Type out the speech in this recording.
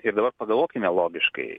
ir dabar pagalvokime logiškai